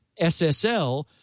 SSL